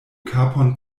kapon